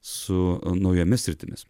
su naujomis sritimis